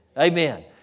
Amen